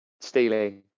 stealing